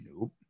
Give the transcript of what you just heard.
Nope